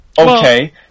Okay